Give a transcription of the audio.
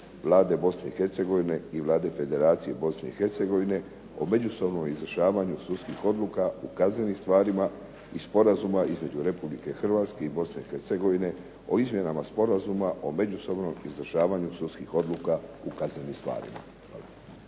Vlade Bosne i Hercegovine i Vlade Federacije Bosne i Hercegovine o međusobnom izvršavanju sudskih odluka u kaznenim stvarima i Sporazuma između Republike Hrvatske i Bosne i Hercegovine o izmjenama Sporazuma o međusobnom izvršavanju sudskih odluka u kaznenim stvarima.